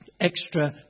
extra